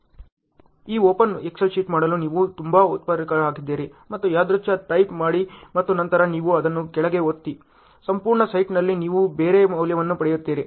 ಈ open Excel sheet ಮಾಡಲು ನೀವು ತುಂಬಾ ಉತ್ಸುಕರಾಗಿದ್ದರೆ ಮತ್ತು ಯಾದೃಚ್ ಟೈಪ್ ಮಾಡಿ ಮತ್ತು ನಂತರ ನೀವು ಅದನ್ನು ಕೆಳಗೆ ಒತ್ತಿ ಸಂಪೂರ್ಣ ಸೆಟ್ಗಳಲ್ಲಿ ನೀವು ಬೇರೆ ಮೌಲ್ಯವನ್ನು ಪಡೆಯುತ್ತೀರಿ